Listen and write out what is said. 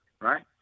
right